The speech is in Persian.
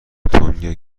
تنگ